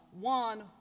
One